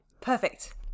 Perfect